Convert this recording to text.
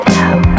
out